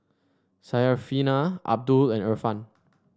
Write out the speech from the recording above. Syarafina Abdul and Irfan